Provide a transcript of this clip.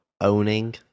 owning